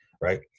right